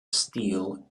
steele